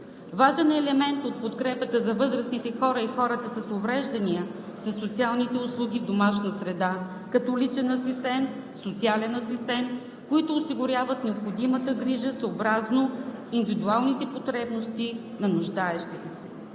Важен елемент от подкрепата за възрастните хора и хората с увреждания са социалните услуги в домашна среда като личен асистент, социален асистент, които осигуряват необходимата грижа съобразно индивидуалните потребности на нуждаещите си.